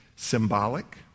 symbolic